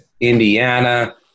Indiana